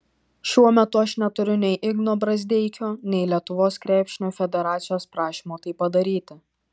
šiuo metu aš neturiu nei igno brazdeikio nei lietuvos krepšinio federacijos prašymo tai padaryti